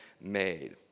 made